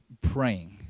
praying